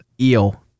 Eel